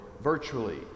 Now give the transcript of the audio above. virtually